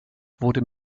wurde